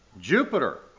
Jupiter